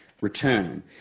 return